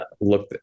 look